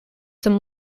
some